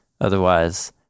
Otherwise